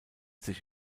sich